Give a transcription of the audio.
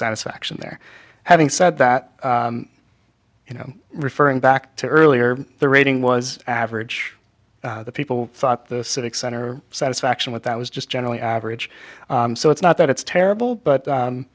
satisfaction there having said that you know referring back to earlier the rating was average people thought the civic center satisfaction with that was just generally average so it's not that it's terrible but